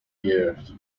years